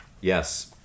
Yes